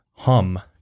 Hum